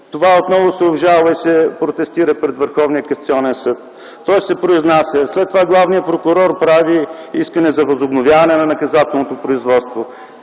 Това отново се обжалва и се протестира пред Върховния касационен съд. Той се произнася. След това главният прокурор прави искане за възобновяване на наказателното производство.